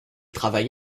travaille